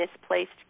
misplaced